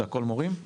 זה הכול מורים?